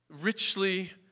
richly